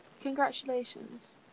Congratulations